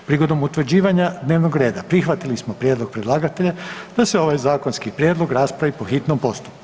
Prigodom utvrđivanja dnevnog reda prihvatili smo prijedlog predlagatelja da se ovaj zakonski prijedlog raspravi po hitnom postupku.